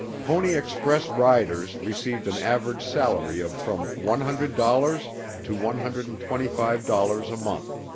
pony express riders received an average salary of from one hundred dollars to one hundred and twenty-five dollars a month.